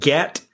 Get